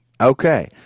Okay